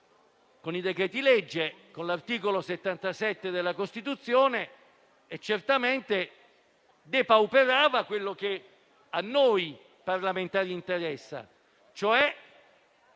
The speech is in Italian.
con i decreti-legge, ai sensi dell'articolo 77 della Costituzione. Tale pratica certamente depauperava quello che a noi parlamentari interessa, e cioè